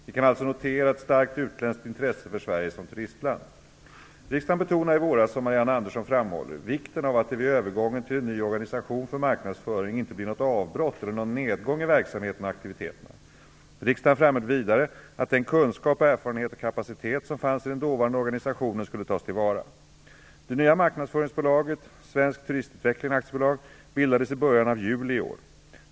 Vi kan alltså notera ett starkt utländskt intresse för Sverige som turistland. Riksdagen betonade i våras, som Marianne Andersson framhåller, vikten av att det vid övergången till en ny organisation för marknadsföring inte blir något avbrott eller någon nedgång i verksamheten och aktiviteterna. Riksdagen framhöll vidare att den kunskap, erfarenhet och kapacitet som fanns i den dåvarande organisationen skulle tas till vara. Det nya marknadsföringsbolaget, Svensk Turistutveckling AB, bildades i början av juli i år.